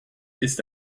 ist